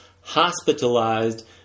Hospitalized